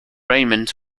raymond